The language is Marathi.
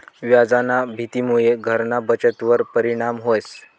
व्याजना भीतीमुये घरना बचतवर परिणाम व्हस